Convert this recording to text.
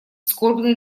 скорбное